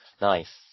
Nice